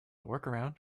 workaround